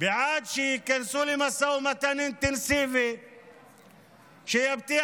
ובעד שייכנסו למשא ומתן אינטנסיבי שיבטיח